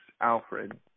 Alfred